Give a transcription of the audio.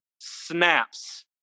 snaps